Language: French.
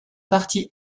partie